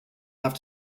have